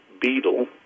beetle